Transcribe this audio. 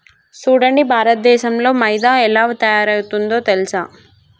సూడండి భారతదేసంలో మైదా ఎలా తయారవుతుందో తెలుసా